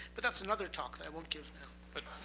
but that's another talk that i won't give now. but